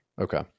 Okay